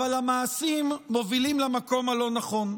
אבל המעשים מובילים למקום הלא-נכון.